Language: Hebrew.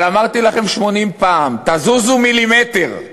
אבל אמרתי לכם 80 פעם: תזוזו מילימטר,